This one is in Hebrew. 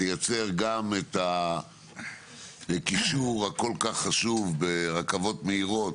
תייצר גם את הקישור הכול כך חשוב ברכבות מהירות.